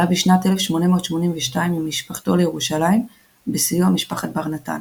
עלה בשנת 1882 עם משפחתו לירושלים בסיוע משפחת בר נתן.